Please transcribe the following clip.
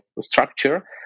structure